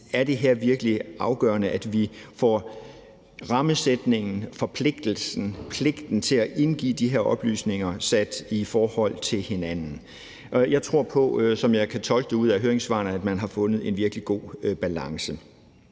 er det virkelig afgørende her, at vi får rammesætningen og pligten til at indgive de her oplysninger sat i forhold til hinanden. Jeg tror på, som jeg kan tolke ud af høringssvarene, at man har fundet en virkelig god balance.